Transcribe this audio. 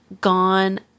gone